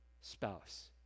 spouse